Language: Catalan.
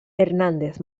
hernández